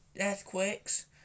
earthquakes